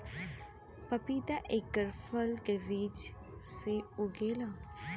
पपीता एकर फल के बीज से उगेला